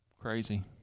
Crazy